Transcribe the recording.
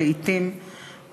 לעתים,